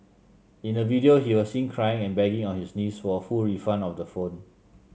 in a video he was seen crying and begging on his knees for a full refund of the phone